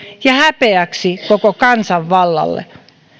ja häpeäksi koko kansanvallalle